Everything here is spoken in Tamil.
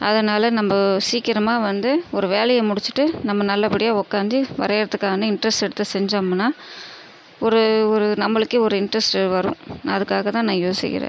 அதனால் நம்ப சீக்கிரமாக வந்து ஒரு வேலைய முடித்திட்டு நம்ம நல்லபடியாக உட்காந்து வரையறதுக்கான இன்ட்ரஸ்ட் எடுத்து செஞ்சோம்னா ஒரு ஒரு நம்பளுக்கே ஒரு இன்ட்ரஸ்ட் வரும் அதுக்காக தான் நான் யோசிக்கிறேன்